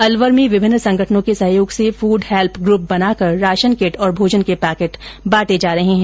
अलवर में विभिन्न संगठनों के सहयोग से फूड हैल्प ग्रप बनाकर राशन किट और भोजन के पैकेट बांटे जा रहे है